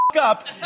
up